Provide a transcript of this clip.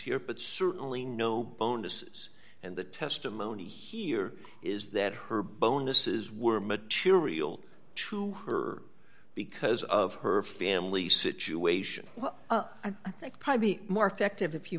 here but certainly no bonuses and the testimony here is that her bonuses were material true her because of her family situation i think pi be more effective if you